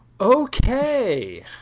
Okay